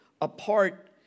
apart